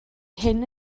hyn